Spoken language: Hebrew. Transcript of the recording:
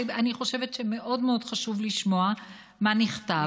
אני חושבת שמאוד מאוד חשוב לשמוע מה נכתב.